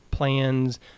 plans